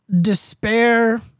despair